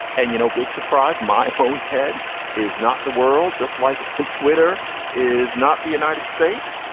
and, you know, big surprise. my whole head is not the world, just like and twitter is not the united states.